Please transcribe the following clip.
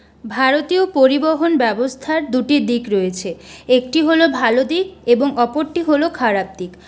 ভারতীয় পরিবহন ব্যবস্থার দুটি দিক রয়েছে একটি হলো ভালো দিক এবং অপরটি হলো খারাপ দিক